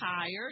tired